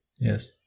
Yes